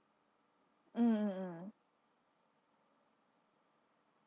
mm mm mm mm